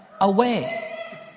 away